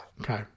Okay